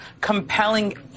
compelling